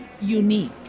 unique